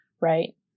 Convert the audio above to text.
right